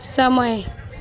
समय